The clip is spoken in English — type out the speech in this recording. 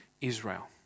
Israel